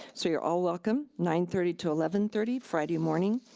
so you're all welcome, nine thirty to eleven thirty friday morning,